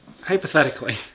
hypothetically